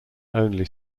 only